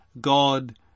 God